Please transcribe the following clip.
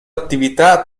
attività